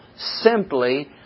simply